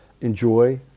Enjoy